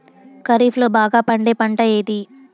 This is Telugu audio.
ఖరీఫ్ లో బాగా పండే పంట ఏది?